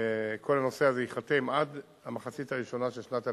כל נושא הזה ייחתם עד המחצית הראשונה של שנת 2012,